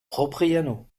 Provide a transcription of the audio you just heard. propriano